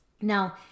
now